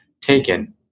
taken